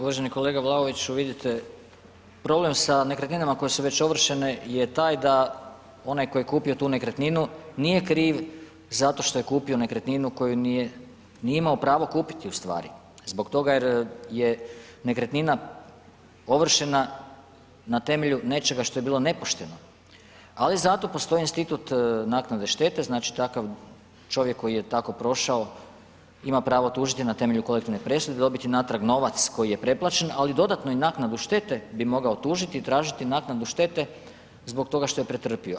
Uvaženi kolega Vlaoviću vidite problem sa nekretninama koje su već ovršene je taj da onaj koji je kupio tu nekretninu nije kriv zato što je kupio nekretninu koju nije imao pravo kupiti u stvari zbog toga jer je nekretnina ovršena na temelju nečega što je bilo nepošteno, ali zato postoji institut naknade štete, znači takav čovjek koji je tako prošao ima pravo tužiti na temelju kolektivne presude, dobiti natrag novac koji je preplaćen, ali i dodatno i naknadu štete bi mogao tužiti i tražiti naknadu štete zbog toga što je pretrpio.